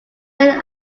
men